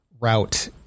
route